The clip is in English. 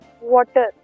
water